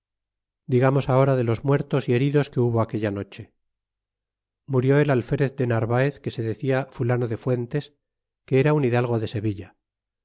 digamos ahora de los muertos y heridos que hubo aquella noche murió el alferez de narvaez que se decia fulano de fuentes que era un hidalgo de sevilla